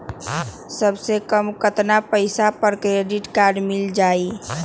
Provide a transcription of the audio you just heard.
सबसे कम कतना पैसा पर क्रेडिट काड मिल जाई?